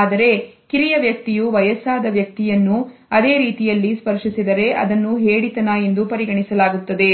ಆದರೆ ಕಿರಿಯ ವ್ಯಕ್ತಿಯು ವಯಸ್ಸಾದ ವ್ಯಕ್ತಿಯನ್ನು ಅದೇ ರೀತಿಯಲ್ಲಿ ಸ್ಪರ್ಶಿಸಿದರೆ ಅದನ್ನು ಹೇಡಿತನ ಎಂದು ಪರಿಗಣಿಸಲಾಗುತ್ತದೆ